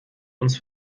uns